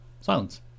silence